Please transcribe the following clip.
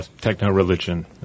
techno-religion